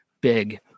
big